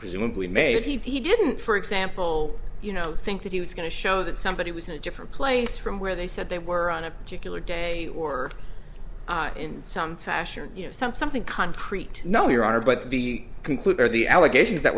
presumably made he didn't for example you know think that he was going to show that somebody was in a different place from where they said they were on a particular day or in some fashion you know some something concrete no your honor but the conclude there the allegations that